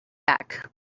back